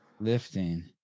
lifting